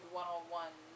one-on-one